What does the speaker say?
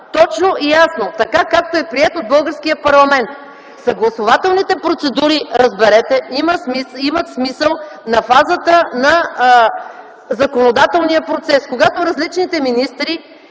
точно и ясно така, както е приет от българския парламент. Съгласувателните процедури, разберете, имат смисъл на фазата на законодателния процес. Когато различните министри